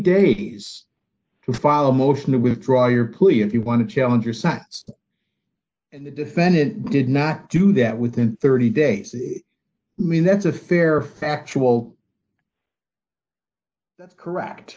days to file a motion to withdraw your plea if you want to challenge your side and the defendant did not do that within thirty days the i mean that's a fair factual that's correct